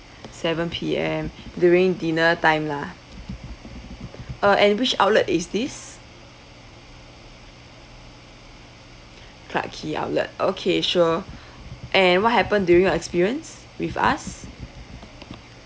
seven P_M during dinner time lah uh and which outlet is this clarke quay outlet okay sure and what happened during your experience with us